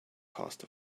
caused